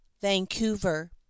Vancouver